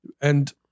And-